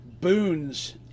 boons